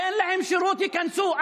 תן להם שירות, ייכנסו.